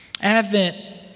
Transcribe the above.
Advent